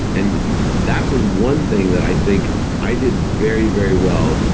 and that was one thing that i think i did very very well,